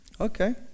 okay